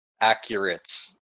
accurate